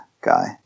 guy